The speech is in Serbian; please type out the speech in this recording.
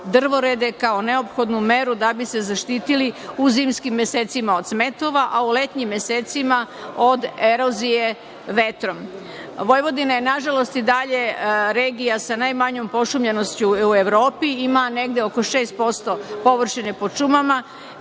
drvorede kao neophodnu meru da bi se zaštitili u zimskim mesecima od smetova, a u letnjim mesecima od erozije vetrom. Vojvodina je, nažalost, regija sa najmanjom pošumljenošću u Evropi. Ima negde oko 6% površine pod šumama,